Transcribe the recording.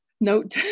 note